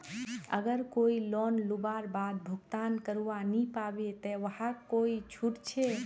अगर कोई लोन लुबार बाद भुगतान करवा नी पाबे ते वहाक कोई छुट छे?